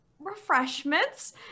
refreshments